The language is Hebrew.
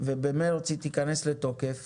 ובמרץ היא תיכנס לתוקף